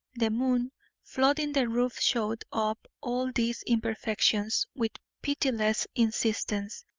the moon flooding the roof showed up all these imperfections with pitiless insistence,